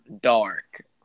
dark